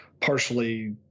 partially